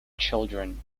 children